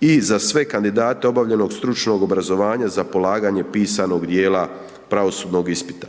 i za sve kandidate obavljenog stručnog obrazovanja za polaganje pisanog dijela pravosudnog ispita.